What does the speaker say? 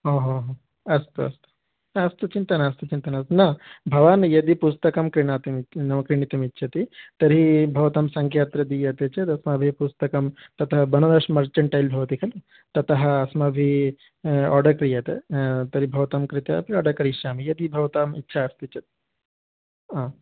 ओ हो हो अस्तु अस्तु अस्तु चिन्ता नास्ति चिन्ता नास्ति न भवान् यदि पुस्तकं क्रीणातुमि क्रीणितुमिच्छति तर्हि भवतां सङ्ख्यात्र दीयते चेत् अस्माभिः पुस्तकं तत्र बणरस् मर्चन्टैल् भवति खलु ततः अस्माभिः आर्डर् क्रियते तर्हि भवतां कृते अपि आर्डर् करिष्यामि यदि भवताम् इच्छा अस्ति चेत् हा